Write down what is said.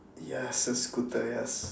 ya it's a scooter yes